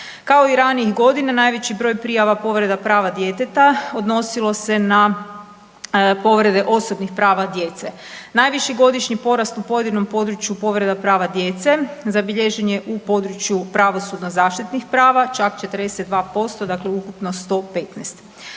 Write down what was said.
Kao i ranijih godina najveći broj prijava povreda prava djeteta odnosilo se na povrede osobnih prava djece. Najviši godišnji porast u pojedinom području povreda prava djece zabilježen je u području pravosudno-zaštitnih prava, čak 42% dakle, ukupno 115.